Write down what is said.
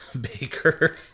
baker